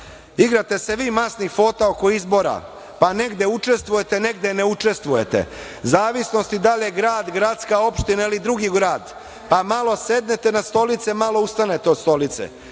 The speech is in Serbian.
Igrate se vi masnih fota oko izbora, pa negde učestvujete, negde ne učestvujete, u zavisnosti da li je grad, gradska opština ili je drugi grad, pa malo sednete na stolice, malo ustanete sa stolice.